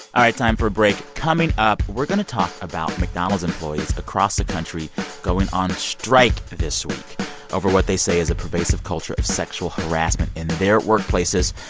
time for a break. coming up, we're going to talk about mcdonald's employees across the country going on strike this week over what they say is a pervasive culture of sexual harassment in their workplaces.